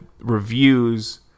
reviews